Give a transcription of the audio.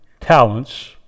talents